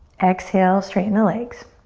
exhale, straighten the legs.